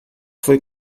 foi